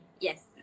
Yes